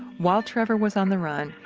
while trevor was on the run,